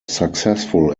successful